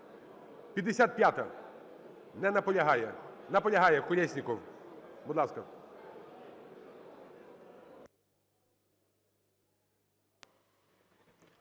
55-а. Не наполягає. Наполягає Колєсніков. Будь ласка.